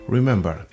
Remember